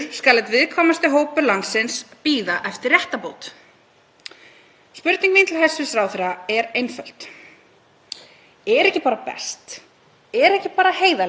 er ekki bara heiðarlegast að hætta þessum fyrirslætti og viðurkenna einfaldlega að þessi ríkisstjórn mun aldrei afglæpavæða neysluskammta?